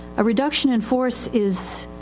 a reduction in force is,